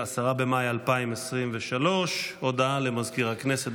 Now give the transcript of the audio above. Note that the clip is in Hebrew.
10 במאי 2023. הודעה למזכיר הכנסת,